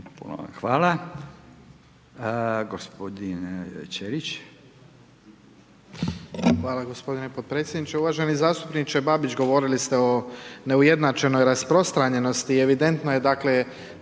Ćelić. **Ćelić, Ivan (HDZ)** Hvala gospodine potpredsjedniče. Uvaženi zastupniče Babić, govorili ste o neujednačenoj rasprostranjenosti i evidentno je dakle,